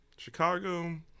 chicago